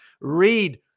read